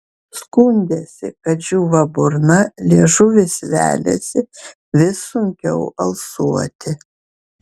skundėsi kad džiūva burna liežuvis veliasi vis sunkiau alsuoti